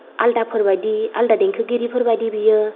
आलादाफोर बायदि आलादा देंखोगिरिफोर बायदि बेयो